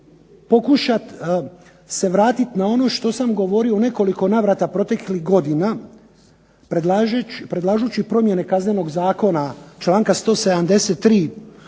pokušati se vratiti na ono što sam govorio u nekoliko navrata proteklih godina predlažući promjene Kaznenog zakona članka 173.